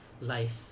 life